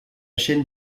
chaîne